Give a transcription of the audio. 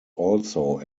also